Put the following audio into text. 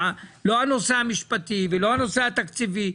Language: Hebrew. לא הנושא המשפטי ולא הנושא התקציבי.